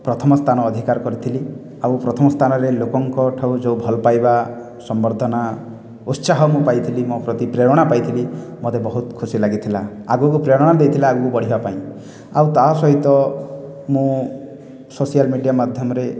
ପ୍ରଥମ ସ୍ଥାନ ଅଧିକାର କରିଥିଲି ଆଉ ପ୍ରଥମ ସ୍ଥାନରେ ଲୋକଙ୍କଠୁ ଯେଉଁ ଭଲ ପାଇବା ସମ୍ବର୍ଦ୍ଧନା ଉତ୍ସାହ ମୁଁ ପାଇଥିଲି ମୋ ପ୍ରତି ପ୍ରେରଣା ପାଇଥିଲି ମୋତେ ବହୁତ ଖୁସି ଲାଗିଥିଲା ଆଗକୁ ପ୍ରେରଣା ଦେଇଥିଲା ଆଗକୁ ବଢ଼ିବା ପାଇଁ ଆଉ ତା ସହିତ ମୁଁ ସୋସିଆଲ ମିଡିଆ ମାଧ୍ୟମରେ